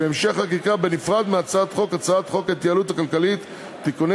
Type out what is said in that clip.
להמשך חקיקה בנפרד מהצעת חוק ההתייעלות הכלכלית (תיקוני